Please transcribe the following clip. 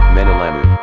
Menalamu